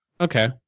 okay